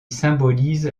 symbolise